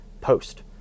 post